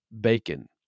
bacon